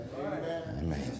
Amen